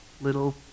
little